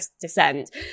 descent